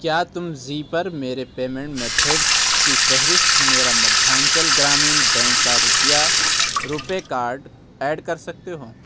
کیا تم زی پر میرے پیمینٹ میتھڈز کی فہرست میرا مدھیانچل گرامین بینک کا روپیہ روپیے کارڈ ایڈ کر سکتے ہو